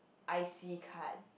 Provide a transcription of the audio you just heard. I_C card